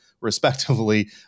respectively